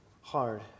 hard